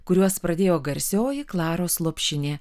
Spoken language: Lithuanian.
kuriuos pradėjo garsioji klaros lopšinė